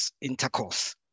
intercourse